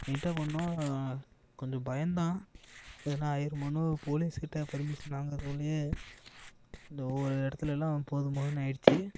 நீட்டாக பண்ணோம் கொஞ்சம் பயந்தான் எதனா ஆயிருமோன்னு போலீஸ்க்கிட்ட பர்மிஷன் வாங்கிறதுக்குள்ளையே இந்த ஒவ்வொரு இடத்துலல்லாம் போதும் போதும்னு ஆயிடிச்சு